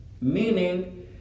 Meaning